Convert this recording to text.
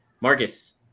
Marcus